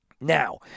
Now